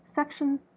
Section